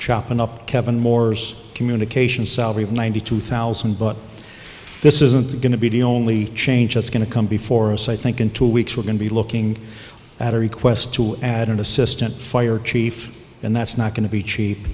chopping up kevin moore's communications salary of ninety two thousand but this isn't going to be the only change that's going to come before us i think in two weeks we're going to be looking at a request to add an assistant fire chief and that's not going to be cheap